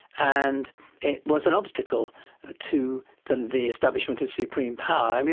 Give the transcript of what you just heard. and it was an obstacle to the the establishment of supreme power.